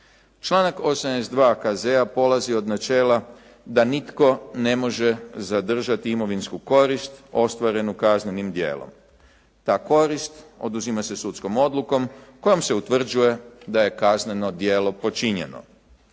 Članak 82. KZ-a polazi od načela da nitko ne može zadržati imovinsku korist ostvarenu kaznenim djelom. Ta korist oduzima se sudskom odlukom kojom se utvrđuje da je kazneno djelo počinjeno,